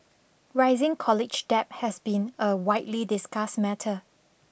rising college debt has been a widely discussed matter